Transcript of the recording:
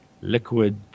liquid